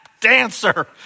dancer